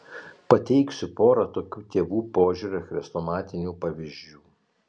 pateiksiu porą tokių tėvų požiūrio chrestomatinių pavyzdžių